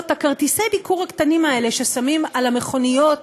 כרטיסי הביקור הקטנים האלה ששמים על המכוניות